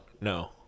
no